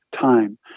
time